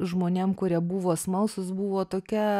žmonėm kurie buvo smalsūs buvo tokia